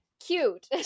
cute